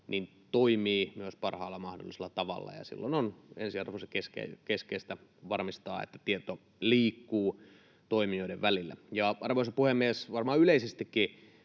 toimii myös parhaalla mahdollisella tavalla. Silloin on ensiarvoisen keskeistä varmistaa, että tieto liikkuu toimijoiden välillä. Arvoisa puhemies! Varmaan yleisestikin